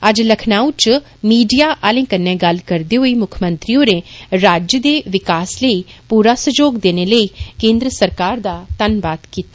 अज्ज लखनऊ च मीडिया आलें कन्नै गल्ल करदे होई मुक्खमंत्री होरें राज्य दे विकास लेई पूरा सहयोग देने लेई केन्द्र सरकार दा धन्नवाद कीता